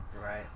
Right